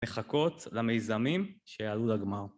מחכות למיזמים שיעלו לגמר.